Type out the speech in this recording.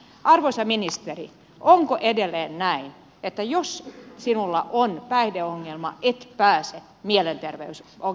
arvoisa ministeri onko edelleen näin että jos sinulla on päihdeongelma et pääse mielenterveyspalvelujen piiriin